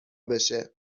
بشه